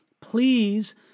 please